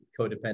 codependent